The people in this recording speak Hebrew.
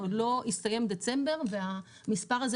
עוד לא הסתיים דצמבר והמספר הזה,